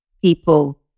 people